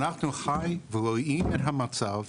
אנחנו חיים ורואים את המצב,